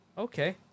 Okay